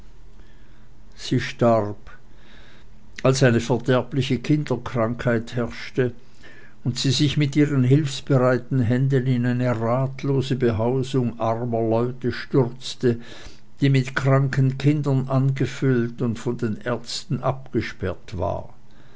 sie starb als eine verderbliche kinderkrankheit herrschte und sie sich mit ihren hilfsbereiten händen in eine ratlose behausung armer leute stürzte die mit kranken kindern angefüllt und von den ärzten abgesperrt war